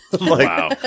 Wow